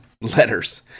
letters